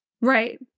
Right